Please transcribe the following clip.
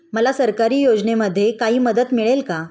मला सरकारी योजनेमध्ये काही मदत मिळेल का?